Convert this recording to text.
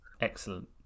Excellent